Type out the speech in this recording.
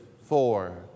Four